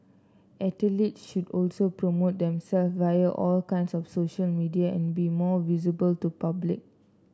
athletes should also promote themself via all kinds of social media and be more visible to public